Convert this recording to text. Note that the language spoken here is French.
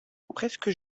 presque